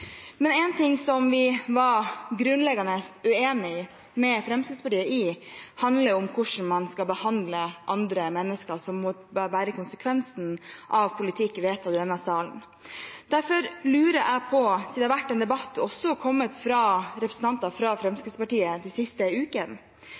men én ting vi var grunnleggende uenig med Fremskrittspartiet om, handler om hvordan man skal behandle mennesker som må bære konsekvensen av politikk vedtatt i denne salen. Siden det har vært en debatt, også fra representanter fra